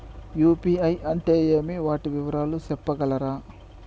UPI అంటే ఏమి? వాటి వివరాలు సెప్పగలరా?